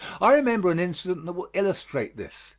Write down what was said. i remember an incident that will illustrate this,